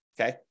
okay